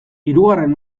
hirugarren